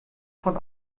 von